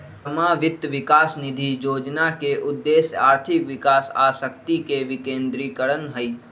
जमा वित्त विकास निधि जोजना के उद्देश्य आर्थिक विकास आ शक्ति के विकेंद्रीकरण हइ